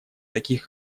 таких